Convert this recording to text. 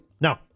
No